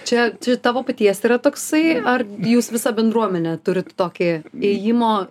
čia čia tavo paties yra toksai ar jūs visa bendruomenė turit tokį ėjimo